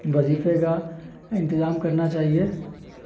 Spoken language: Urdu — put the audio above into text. وظیفے کا انتظام کرنا چاہیے